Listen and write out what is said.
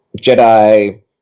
Jedi